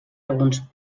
alguns